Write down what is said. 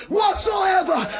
whatsoever